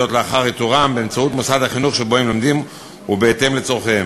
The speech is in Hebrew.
זאת לאחר איתורם באמצעות מוסד החינוך שבו הם לומדים ובהתאם לצורכיהם.